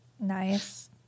Nice